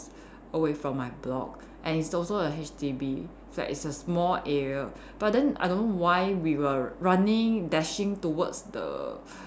away from my block and is also a H_D_B flat it's a small area but then I don't know why we were running dashing towards the